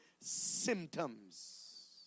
symptoms